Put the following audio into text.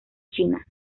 china